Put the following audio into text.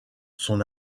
son